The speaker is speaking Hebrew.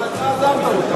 אבל אתה עזבת אותה.